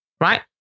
right